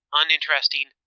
uninteresting